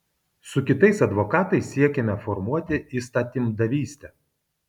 su kitais advokatais siekiame formuoti įstatymdavystę